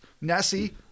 Nessie